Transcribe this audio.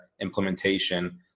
implementation